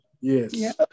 Yes